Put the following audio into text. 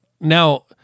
now